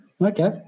Okay